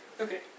Okay